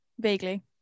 Vaguely